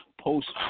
post